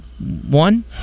One